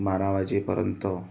बारा वाजेपर्यंत